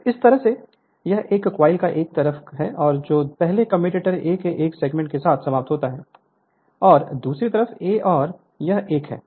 तो इस तरह से यह एक कॉइल का एक तरफ है जो पहले कम्यूटेटर A के एक सेगमेंट के साथ समाप्त होता है और दूसरी तरफ A और यह एक है